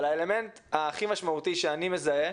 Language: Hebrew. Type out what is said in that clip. אבל האלמנט הכי משמעותי, שאני מזהה